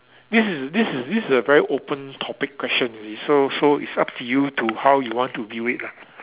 this is this is this is a very open topic question you see so so it's up to you to how you want to view it lah